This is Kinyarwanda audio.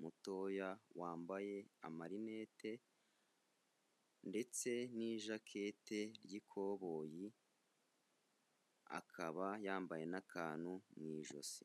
mutoya wambaye amarinete ndetse n'ijaketi y'ikoboyi, akaba yambaye n'akantu mu ijosi.